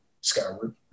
Skyward